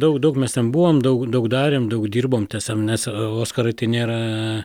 daug daug mes ten buvom daug daug darėm daug dirbom tiesam nes oskarai tai nėra